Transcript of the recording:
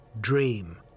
dream